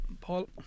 Paul